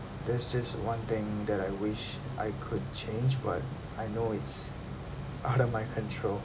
that's just one thing that I wish I could change but I know it's out of my control